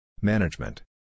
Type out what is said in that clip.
Management